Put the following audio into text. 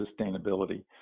sustainability